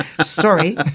Sorry